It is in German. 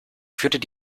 führt